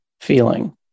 feeling